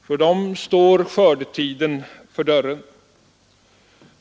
För dem står skördetiden för dörren.